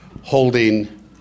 holding